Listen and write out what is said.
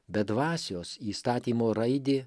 be dvasios įstatymo raidė